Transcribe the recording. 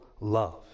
love